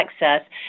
access